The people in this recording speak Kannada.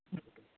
ಹ್ಞೂ